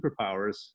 superpowers